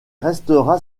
restera